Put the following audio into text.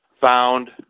found